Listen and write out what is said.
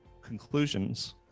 conclusions